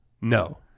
no